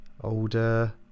older